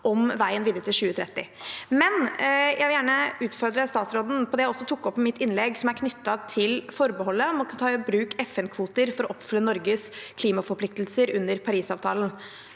om veien videre til 2030. Men jeg vil gjerne utfordre statsråden på det jeg tok opp i mitt innlegg som er knyttet til forbeholdet om å ta i bruk FN-kvoter for å oppfylle Norges klimaforpliktelser under Parisavtalen.